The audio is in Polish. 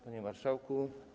Panie Marszałku!